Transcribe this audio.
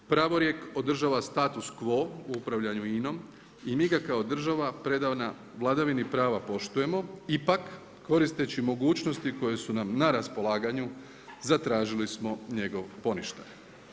Pravorijek održava status quo upravljanju INA-om i mi ga kao država predana vladavini prava poštujemo, ipak koristeći mogućnosti koje su nam na raspolaganju zatražili smo njegov poništak.